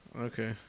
Okay